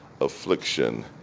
affliction